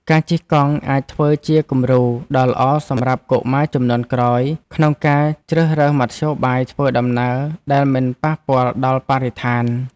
ការជិះកង់អាចធ្វើជាគំរូដ៏ល្អសម្រាប់កុមារជំនាន់ក្រោយ ក្នុងការជ្រើសរើសមធ្យោបាយធ្វើដំណើរដែលមិនប៉ះពាល់ដល់បរិស្ថាន។